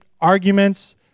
arguments